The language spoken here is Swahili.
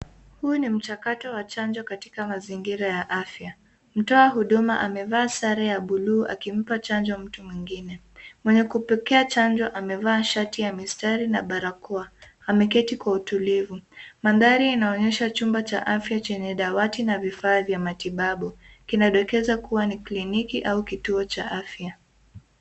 Huu ni mchakato wa chanjo katika mazingira ya afya. Mtoa huduma amevaa sare ya buluu akimpa chanjo mtu mwingine. Mwenye kupokea chanjo amevaa shati ya mistari na barakoa. Ameketi kwa utulivu. Mandhari inaonesha chumba cha afya chenye dawati na vifaa vya matibabu. Kinadokeza kuwa ni kliniki au kituo cha afya.